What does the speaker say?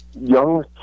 young